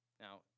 Now